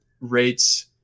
rates